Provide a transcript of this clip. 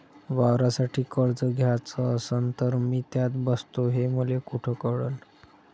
वावरासाठी कर्ज घ्याचं असन तर मी त्यात बसतो हे मले कुठ कळन?